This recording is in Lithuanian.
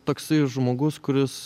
toksai žmogus kuris